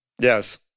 Yes